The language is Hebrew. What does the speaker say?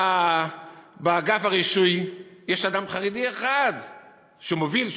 באגף הרישוי אין אדם חרדי אחד שמוביל,